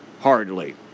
Hardly